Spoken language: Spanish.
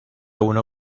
una